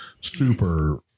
super